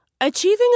Achieving